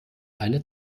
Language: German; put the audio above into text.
eine